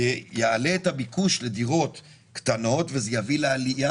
זה יעלה את הביקוש לדירות קטנות וזה יביא לעלייה